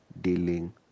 dealing